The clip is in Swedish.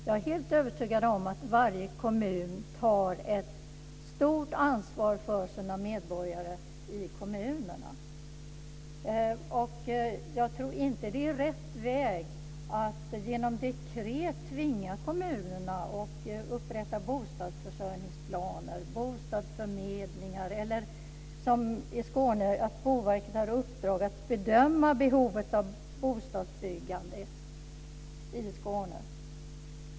Jag är helt övertygad om att varje kommun tar ett stort ansvar för sina medborgare i kommunerna. Jag tror inte att det är rätt väg att genom dekret tvinga kommunerna att upprätta bostadsförsörjningsplaner och bostadsförmedlingar eller att Boverket, som i Skåne, har i uppdrag att bedöma behovet av bostadsbyggande.